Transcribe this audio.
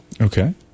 Okay